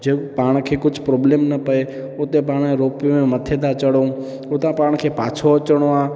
जे पाण खे कुझु प्रोब्लम न पिए हुते पाणि रोप वे में मथे था चढ़ूं हुतां पाणि खे पाछो अचिणो आहे